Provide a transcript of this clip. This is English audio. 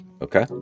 okay